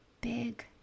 big